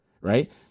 right